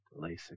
LASIK